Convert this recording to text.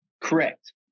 Correct